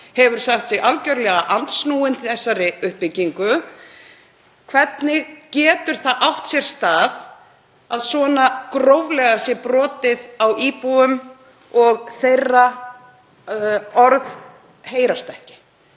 hefur sagt sig vera algerlega andsnúinn þessari uppbyggingu. Hvernig getur það átt sér stað að svona gróflega sé brotið á íbúum og orð þeirra heyrist ekki?